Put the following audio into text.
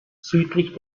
südlich